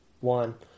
one